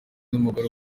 w’umugore